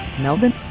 Melbourne